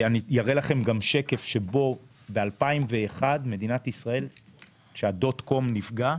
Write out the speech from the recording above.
אני אראה לכם שקף שבו ב-2001, כשהדוט-קום נפגע,